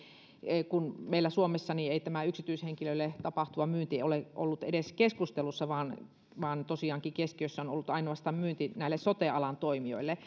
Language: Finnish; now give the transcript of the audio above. kun meillä suomessa ei tämä yksityishenkilölle tapahtuva myynti ole ollut edes keskustelussa vaan vaan tosiaankin keskiössä on ollut ainoastaan myynti sote alan toimijoille